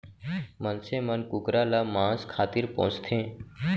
मनसे मन कुकरा ल मांस खातिर पोसथें